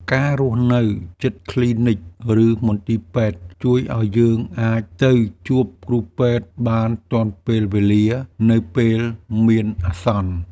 ការរស់នៅជិតគ្លីនិកឬមន្ទីរពេទ្យជួយឱ្យយើងអាចទៅជួបគ្រូពេទ្យបានទាន់ពេលវេលានៅពេលមានអាសន្ន។